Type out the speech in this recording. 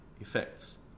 effects